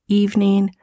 evening